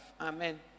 Amen